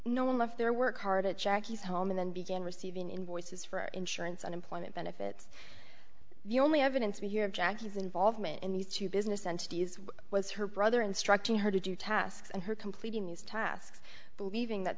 no one left their work hard at jackie's home and then began receiving invoices for insurance unemployment benefits the only evidence we hear of jackie's involvement in these two business entities was her brother instructing her to do tasks and her completing these tasks believing that